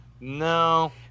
no